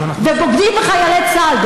ובוגדים בחיילי צה"ל,